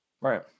right